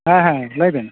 ᱦᱮᱸ ᱦᱮᱸ ᱞᱟᱹᱭᱵᱮᱱ